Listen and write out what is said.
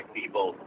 people